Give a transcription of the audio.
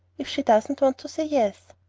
if she doesn't want to say yes.